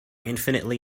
infinitely